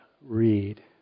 read